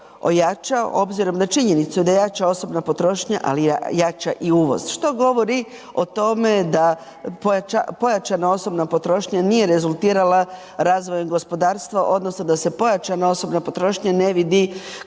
obzirom na činjenicu da jača osobna potrošnja ali jača i uvoz što govori o tome da pojačana osobna potrošnja nije rezultirala razvojem gospodarstva odnosno da se pojačana osobna potrošnja ne vidi